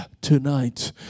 tonight